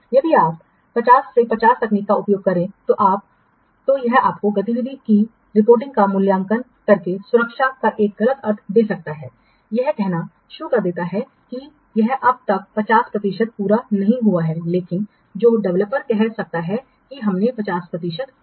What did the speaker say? यदि आप 50 से 50 तकनीक का उपयोग करेंगे तो यह आपको गतिविधि की रिपोर्टिंग का मूल्यांकन करके सुरक्षा का एक गलत अर्थ दे सकता है यह कहना शुरू कर देता है कि यह अब तक 50 प्रतिशत पूरा नहीं हुआ है लेकिन जो डेवलपर कह सकता है कि हमने 50 प्रतिशत किया है